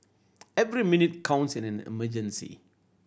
every minute counts in an emergency